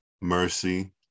mercy